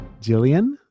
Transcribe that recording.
Jillian